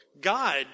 God